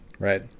right